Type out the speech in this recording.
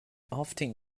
often